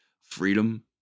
Freedom